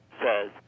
says